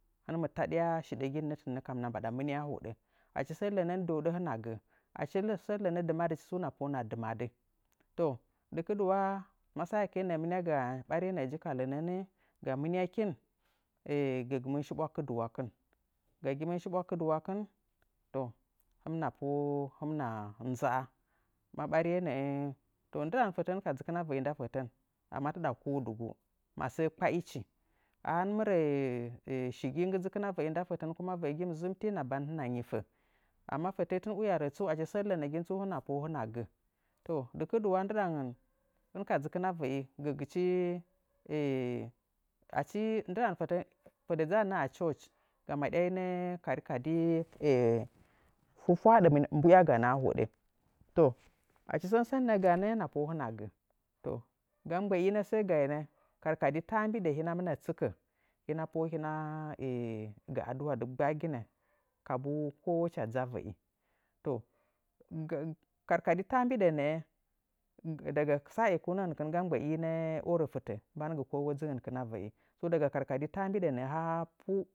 Hɨn mɨ taɗya shiɗəgi nɨ tɨn nə kam minya hodi. Achi sən dɨmadɨkɨn tsu hɨna dɨmadɨ. To dɨkɨduwa ma saekɨ'e nəə mɨniaga ɓariye nəə ji ka lənən ga mɨniukin, gəgɨmɨn shiɓwa kɨduwakɨn. Ga gimɨn shiɓwa kɨduwakɨn, to hɨmɨna pohə'ə hɨmɨna nza'a. Ma bəriye nə'ə. to ndɨɗangən fətə hɨn ka dzɨkɨn a və'i nda fətən amma taɗa ko dugu, masəə kpaichi. A hɨn mɨ rə shigi nggɨ dzɨkɨn a və'i ndafətən hɨna ban hɨna nyifə, ama fatetu achi tɨn uya rə tsu achi sən lənəgin tsu hɨna pohə'ə hɨna gə. To dɨkɨduwa ndɨɗangən hɨn ka dzɨkɨn a və'i, gəgɨchi, achi ndɨɗangən fətə hɨn ka dzɨkɨn a church, ga maɗyainə karkadi fwafwaaɗə mbuyaganə a hoɗə. To achi sən səə gariə hɨna pohə'ə hɨna gə. To ga mbə inə səə gainə, karkadi taa mbiɗə hinə a mɨnə tsikə hinəa pohə'ə hinəa gə adu'a dɨggba'aginə kabuu ko wo hɨcha dzuu a və'i. To ga karkadi taambiɗa nə'ə daga saekunan kagan mbə'inə orkɨn nda fɨtə mbangɨ ko wo dzɨn gənkɨn a və'i. To, daga karkadi tammbiɗə nə'ə haa pu.